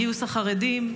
גיוס החרדים,